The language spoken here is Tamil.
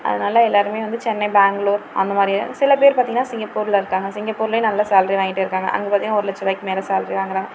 அதனால எல்லாருமே வந்து சென்னை பெங்களூர் அங்கே மாதிரி சில பேர் பார்த்திங்கனா சிங்கப்பூரில் இருகாங்க சிங்கப்பூர்லையும் நல்ல சல்ரி வாங்கிகிட்டு இருக்காங்க அங்கே பார்த்திங்கனா ஒரு லட்சருவாய்க்கு மேலே சல்ரி வாங்கறாங்க